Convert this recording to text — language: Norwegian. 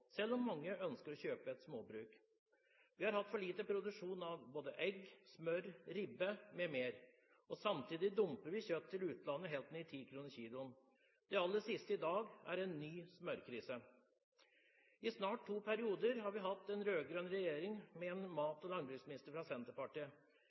selv om mange ønsker å kjøpe et småbruk. Vi har hatt for lite produksjon av både egg, smør og ribbe m.m. og samtidig dumper vi kjøtt til utlandet helt ned i 10 kr kiloen. Det aller siste i dag er en ny smørkrise. I snart to perioder har vi hatt en rød-grønn regjering med en mat-